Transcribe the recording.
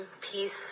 peace